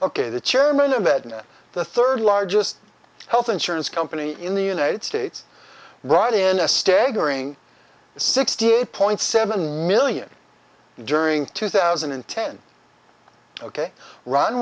ok the chairman of it the third largest health insurance company in the united states right in a staggering sixty eight point seven million during two thousand and ten ok ro